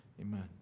Amen